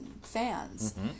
fans